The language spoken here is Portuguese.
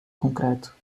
concreto